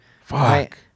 Fuck